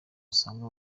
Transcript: usanga